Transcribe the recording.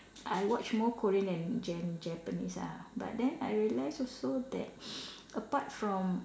I watch more Korean than Jan~ Japanese ah but then I realise also that apart from